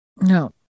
no